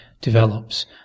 develops